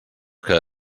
que